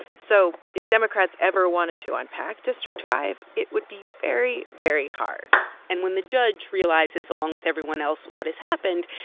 so if democrats ever wanted to unpack district five, it would be very, very hard and when the judge realizes, along with everyone else, what has happened,